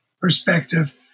perspective